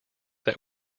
that